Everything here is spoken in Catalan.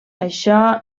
això